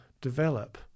develop